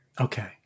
Okay